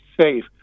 safe